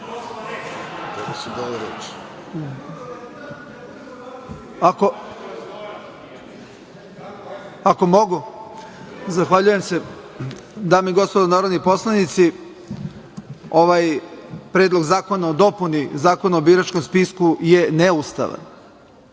Pavlović** Zahvaljujem se. Dame i gospodo narodni poslanici, ovaj Predlog zakona o dopuni Zakona o biračkom spisku je neustavan.